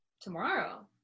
tomorrow